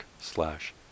slash